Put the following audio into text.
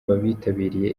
bitabiriye